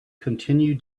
continue